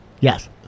Yes